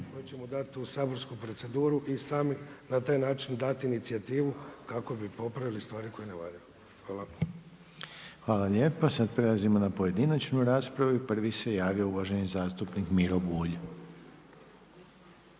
(HDZ)** Hvala lijepo. Sada prelazim na pojedinačnu raspravu i prvi se javio uvaženi zastupnik Miro Bulj.